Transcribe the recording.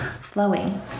flowing